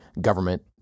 government